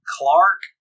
Clark